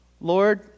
Lord